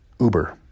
Uber